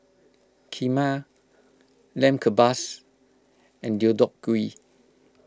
Kheema Lamb Kebabs and Deodeok Gui